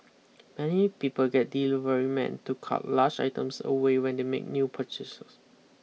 many people get deliverymen to cart large items away when they make new purchases